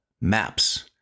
maps